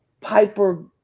Piper